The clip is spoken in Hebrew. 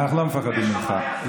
אנחנו לא מפחדים ממך.